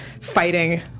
fighting